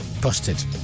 Busted